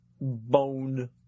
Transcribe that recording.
bone